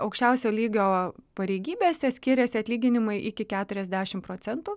aukščiausio lygio pareigybėse skiriasi atlyginimai iki keturiasdešim procentų